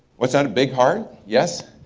what's that a big heart, yes?